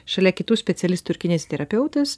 šalia kitų specialistų ir kineziterapeutas